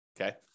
okay